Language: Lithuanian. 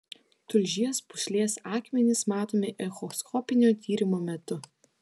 tulžies pūslės akmenys matomi echoskopinio tyrimo metu